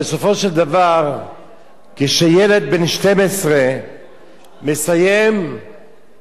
כשילד בן 12 מסיים את שנת הלימודים שלו